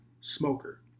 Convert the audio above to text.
smoker